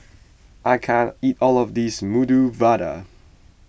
I can't eat all of this Medu Vada